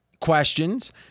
questions